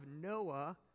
Noah